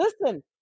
listen